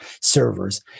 servers